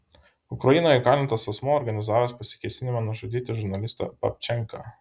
ukrainoje įkalintas asmuo organizavęs pasikėsinimą nužudyti žurnalistą babčenką